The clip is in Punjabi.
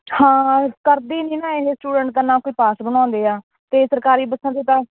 ਹਾਂ ਕਰਦੇ ਨਹੀਂ ਨਾ ਇਹ ਸਟੂਡੈਂਟ ਦਾ ਨਾ ਕੋਈ ਪਾਸ ਬਣਾਉਂਦੇ ਆ ਅਤੇ ਸਰਕਾਰੀ ਬੱਸਾਂ 'ਤੇ ਤਾਂ